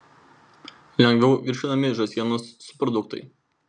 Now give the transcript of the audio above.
lengviau virškinami žąsienos subproduktai